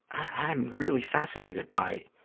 i am really fascinated by,